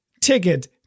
ticket